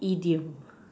idiom